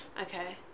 Okay